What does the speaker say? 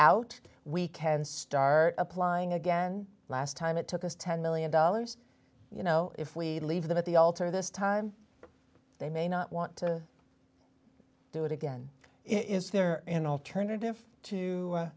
out we can start applying again last time it took us ten million dollars you know if we leave them at the altar this time they may not want to do it again is there an alternative to